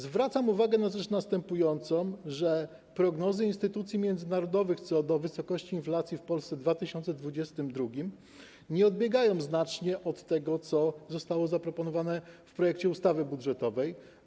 Zwracam uwagę na następującą rzecz: prognozy instytucji międzynarodowych co do wysokości inflacji w Polsce w 2022 r. nie odbiegają znacznie od tego, co zostało zaproponowane w projekcie ustawy budżetowej.